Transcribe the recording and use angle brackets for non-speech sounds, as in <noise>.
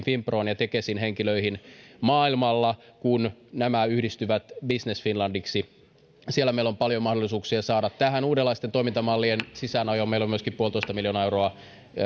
<unintelligible> finpron ja tekesin henkilöihin maailmalla kun nämä yhdistyvät business finlandiksi siellä meillä on paljon mahdollisuuksia uudenlaisten toimintamallien sisäänajoon meillä on myöskin yksi pilkku viisi miljoonaa euroa